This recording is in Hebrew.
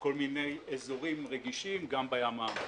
כל מיני אזורים רגישים, גם בים העמוק.